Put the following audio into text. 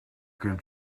can